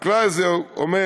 החקלאי הזה אומר: